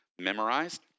memorized